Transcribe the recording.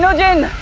so djinn